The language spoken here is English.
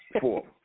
four